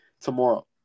tomorrow